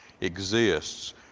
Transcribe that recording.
exists